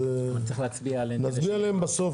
אז נצביע עליהן בסוף,